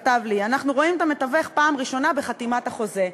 כתב לי: אנחנו רואים את המתווך בפעם הראשונה בחתימת החוזה.